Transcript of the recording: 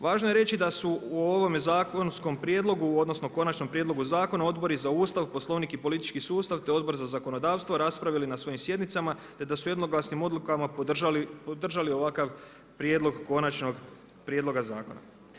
Važno je reći da su u ovome zakonskome prijedlogu, odnosno konačnom prijedlogu zakona Odbor za Ustav, Poslovnik i politički sustav te odbor za zakonodavstvo raspravili na svojim sjednicama te da su jednoglasnim odlukama podržali ovakav prijedlog, konačnog prijedloga zakona.